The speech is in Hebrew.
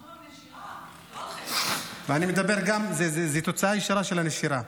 הנשירה, זאת תוצאה ישירה של הנשירה.